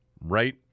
right